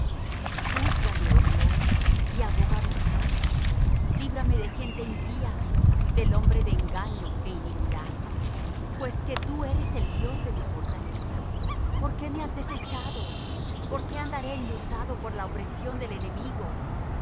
juzgame oh dios y aboga mi causa líbrame de gente impía del hombre de engaño é iniquidad pues que tú eres el dios de mi fortaleza por qué me has desechado por qué andaré enlutado por la opresión del enemigo